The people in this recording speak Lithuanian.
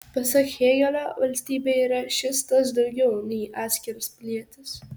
pasak hėgelio valstybė yra šis tas daugiau nei atskiras pilietis